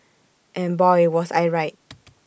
and boy was I right